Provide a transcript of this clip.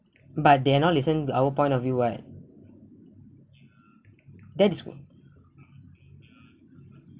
but they are not listen to our point of view [what] that's